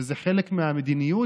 שזה חלק מהמדיניות,